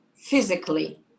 physically